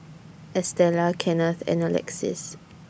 Estella Kenneth and Alexis